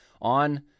on